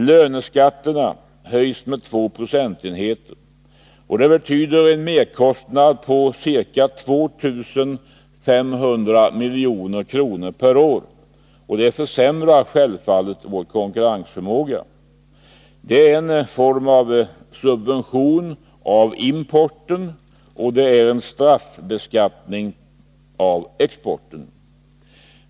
Löneskatterna höjs med 2 procentenheter, vilket betyder en merkostnad på ca 2 500 milj.kr. per år, och det försämrar självfallet vår konkurrensförmåga. Det är en form av subvention av importen och en straffbeskattning av exporten.